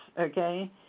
Okay